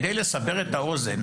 כדי לסבר את האוזן,